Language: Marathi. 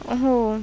हो